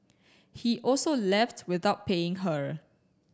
he also left without paying her